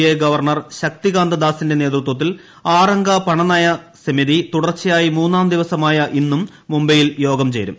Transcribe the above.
I governor ശക്തികാന്തദാസിന്റെ നേതൃത്വത്തിൽ ആറംഗ പണനയ സമിതി തുടർച്ചയായ മൂന്നാം ദിവസമായ ഇന്നും മുംബൈയിൽ യോഗം ചേരും